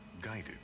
Guided